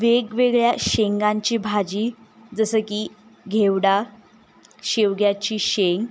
वेगवेगळ्या शेंगांची भाजी जसं की घेवडा शेवग्याची शेंग